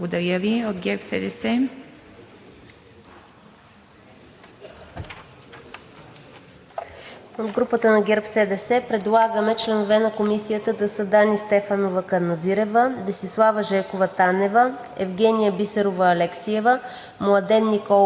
Благодаря Ви. От ГЕРБ-СДС